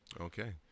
okay